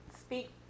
speak